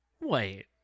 Wait